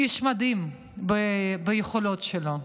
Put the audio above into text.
איש מדהים ביכולות שלו.